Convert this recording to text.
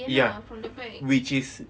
ya which is